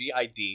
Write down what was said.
GID